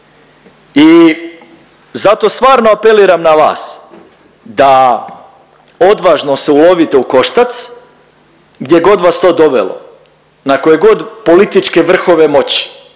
I zato stvarno apeliram na vas da odvažno se ulovite u koštac gdje god vas to dovelo, na koje god političke vrhove moći,